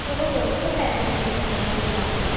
थोरो वधीक टाइम लगन्दो पंज कलाक